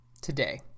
today